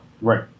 Right